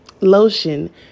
lotion